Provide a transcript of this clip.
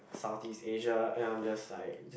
Southeast Asia and i'm just like